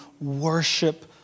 worship